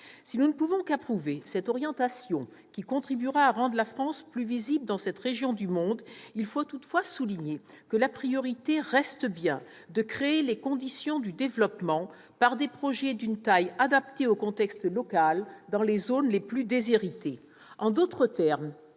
Si nous ne pouvons qu'approuver cette orientation, qui contribuera à rendre la France plus visible dans cette région du monde, il faut toutefois souligner que la priorité reste bien de créer les conditions du développement par des projets d'une taille adaptée au contexte local dans les zones les plus déshéritées. En d'autres termes,